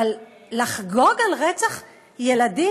אבל לחגוג על רצח ילדים?